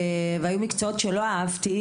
והיו מקצועות שלא אהבתי,